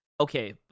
okay